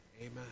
Amen